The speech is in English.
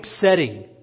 setting